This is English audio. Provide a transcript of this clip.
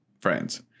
friends